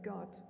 God